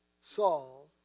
Saul